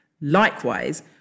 Likewise